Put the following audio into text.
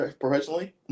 professionally